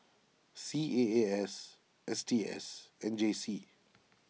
C A A S S T S and J C